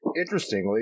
interestingly